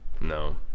no